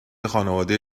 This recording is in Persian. خانواده